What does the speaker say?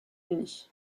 unis